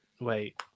wait